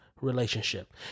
relationship